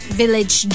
village